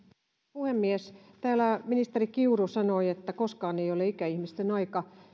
puhemies täällä ministeri kiuru sanoi että koskaan ei ole ikäihmisten aika